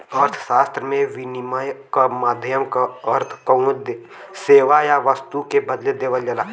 अर्थशास्त्र में, विनिमय क माध्यम क अर्थ कउनो सेवा या वस्तु के बदले देवल जाला